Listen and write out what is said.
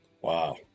wow